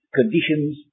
conditions